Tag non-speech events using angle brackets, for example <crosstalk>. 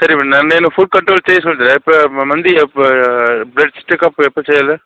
సరే <unintelligible> నేను food control చేసుండే మంది <unintelligible> బ్లడ్ చెకప్ ఎప్పుడు చెయ్యాలి